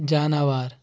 جاناوار